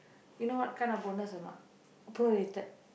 you know what kind of bonus or not prorated